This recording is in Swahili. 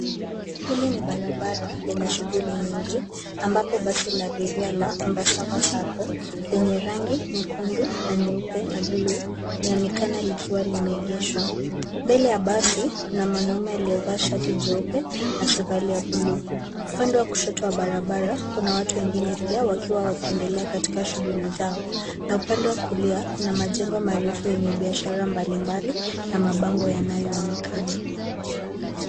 Hili ni barabara lenye shughuli nyingi ambapo basi la abiria la Embassava sacco lenye rangi nyekundu na nyeupe na bluu linaonekana likiwa limeegeshwa. Mbele ya basi kuna mwanaume aliyevaa shati jeupe na suruali ya bluu. Upande wa kushoto wa barabara kuna watu wengine pia wakiwa wakiendelea katika shughuli zao na upande wa kulia kuna majengo marefu yenye biashara mbalimbali na mabango yanayoonekana.